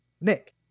nick